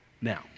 Now